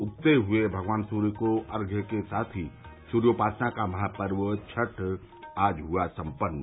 उगते हुए भगवान सूर्य को अर्घ्य देने के साथ ही सूर्योपासना का महापर्व छठ आज हुआ सम्पन्न